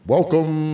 Welcome